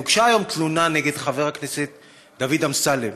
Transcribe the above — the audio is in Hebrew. הוגשה היום תלונה נגד חבר הכנסת דוד אמסלם.